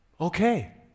Okay